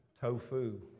tofu